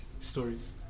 stories